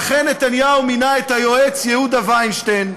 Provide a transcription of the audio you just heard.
ואכן, נתניהו מינה את היועץ יהודה וינשטיין,